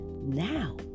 now